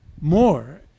more